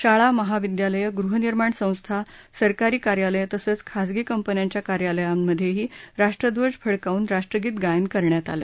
शाळा महाविद्यालयं गृहनिर्माण संस्था सरकारी कार्यालयं तसंच खासगी कंपन्यांच्या कार्यालयांमधेही राष्ट्रध्वज फडकावून राष्ट्रगीत गायन करण्यात आलं